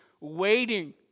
waiting